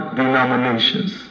denominations